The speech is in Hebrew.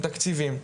עם תקציבים,